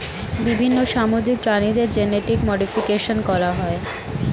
বিভিন্ন সামুদ্রিক প্রাণীদের জেনেটিক মডিফিকেশন করা হয়